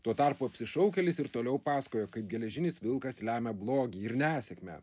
tuo tarpu apsišaukėlis ir toliau pasakojo kaip geležinis vilkas lemia blogį ir nesėkmę